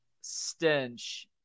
stench